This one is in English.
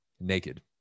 naked